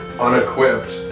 unequipped